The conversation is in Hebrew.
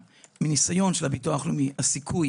מניסיון של הביטוח הלאומי הסיכוי